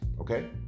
okay